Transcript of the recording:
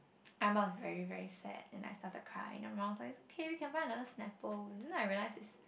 I was very very sad and I started crying and my mom was like it's okay we can buy another snapple and then I realise it's